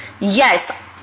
yes